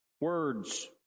words